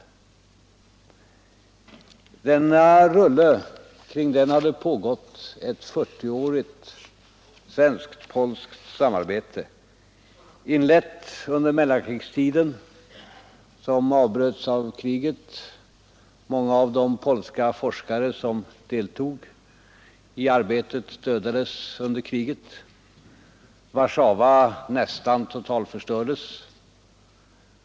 Kring denna rulle har det pågått ett 40-årigt svensk-polskt samarbete, inlett under mellankrigstiden. Det avbröts av kriget, och många av de polska forskare som deltog i arbetet dödades under kriget. Warszawa nästan totalförstördes.